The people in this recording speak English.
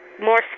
More